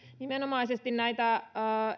nimenomaisesti näitä